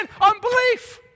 Unbelief